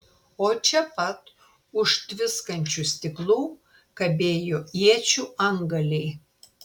o čia pat už tviskančių stiklų kabėjo iečių antgaliai